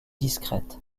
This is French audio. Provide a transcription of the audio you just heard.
discrète